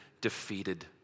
defeated